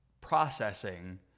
processing